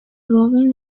growing